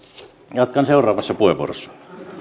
jatkan seuraavassa puheenvuorossa